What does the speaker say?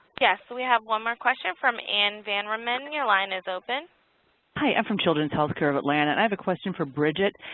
yes. so we have one more question from ann vanremmen. your line is open. hi, i'm from children's healthcare of atlanta and i have a question for bridget.